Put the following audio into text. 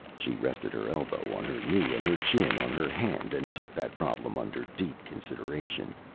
she rested her elbow on her knee and her chin on her hand and took that problem under deep consideration.